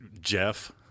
Jeff